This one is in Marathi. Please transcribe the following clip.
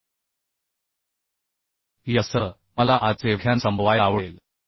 त्यामुळे यासह मला आजचे व्याख्यान संपवायला आवडेल